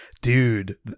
Dude